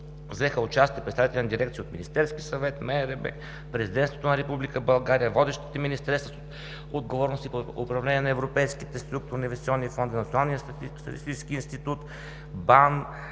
взеха участие представители на дирекции от Министерския съвет, МРРБ, Президентството на Република България, водещите в министерствата отговорности по управление на европейските структурни инвестиционни фондове, Националния статистически институт, БАН,